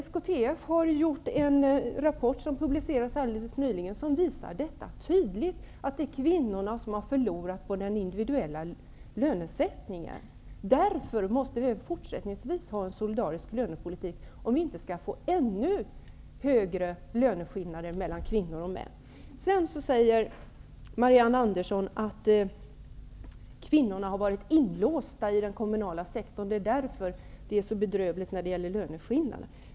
SKTF har gjort en rapport som alldeles nyligen publicerades och som tydligt visar att det är kvinnorna som har förlorat på individuell lönesättning. Därför måste vi fortsättningsvis föra en solidarisk lönepolitik, om vi inte skall få ännu större löneskillnader mellan kvinnor och män. Marianne Andersson sade att kvinnorna har varit inlåsta i den kommunala sektorn och att det är därför som det är så bedrövligt när det gäller löneskillnaderna.